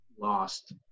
lost